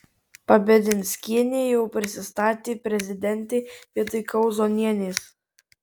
pabedinskienė jau prisistatė prezidentei vietoj kauzonienės